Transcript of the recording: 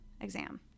exam